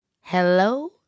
Hello